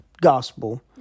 gospel